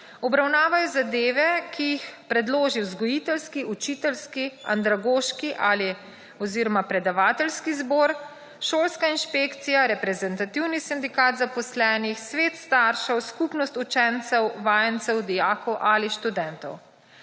obravnavajo zadeve, ki jih predloži vzgojiteljski, učiteljski, andragoški ali oziroma predavateljski zbor, šolska inšpekcija, reprezentativni sindikat zaposlenih, svet staršev, skupnost učencev, vajencev, dijakov ali študentov.